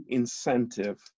incentive